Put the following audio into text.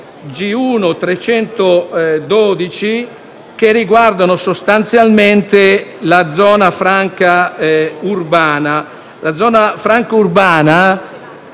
G1.312, che riguardano sostanzialmente la zona franca urbana,